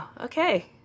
Okay